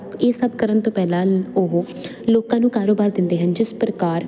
ਇਹ ਸਭ ਕਰਨ ਤੋਂ ਪਹਿਲਾਂ ਉਹ ਲੋਕਾਂ ਨੂੰ ਕਾਰੋਬਾਰ ਦਿੰਦੇ ਹਨ ਜਿਸ ਪ੍ਰਕਾਰ